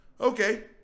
Okay